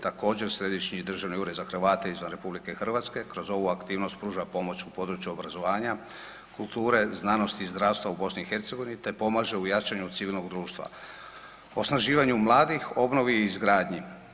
Također Središnji državni ured za Hrvate izvan RH kroz ovu aktivnost pruža pomoć u području obrazovanja, kulture, znanosti i zdravstva u BiH te pomaže u jačanju civilnog društva, osnaživanju mladih, obnovi i izgradnji.